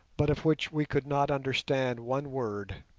but of which we could not understand one word.